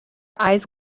eyes